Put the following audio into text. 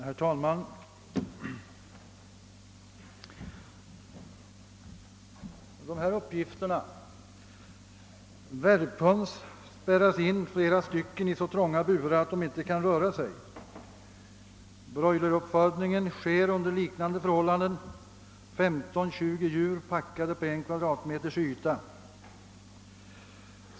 Herr talman! Värphöns spärras in flera tillsammans i så trånga burar att de inte kan röra sig. Broileruppfödningen försiggår under liknande förhållanden: 15—20 djur packas på en kvadratmeters yta.